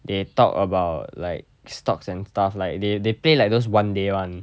they talk about like stocks and stuff like they they play like those one day one